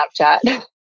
Snapchat